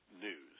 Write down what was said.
news